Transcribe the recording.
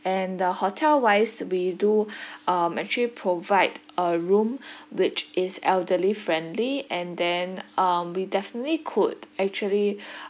and the hotel wise we do um actually provide a room which is elderly friendly and then um we definitely could actually